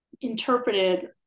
interpreted